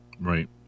Right